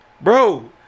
Bro